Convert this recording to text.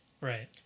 Right